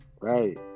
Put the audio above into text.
right